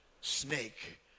snake